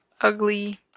ugly